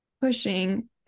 pushing